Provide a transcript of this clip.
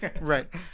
right